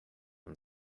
him